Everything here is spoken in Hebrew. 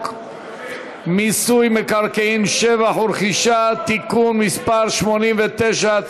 מיסוי מקרקעין (שבח ורכישה) (תיקון מס' 89),